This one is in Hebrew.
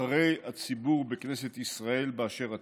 נבחרי הציבור בכנסת ישראל באשר אתם.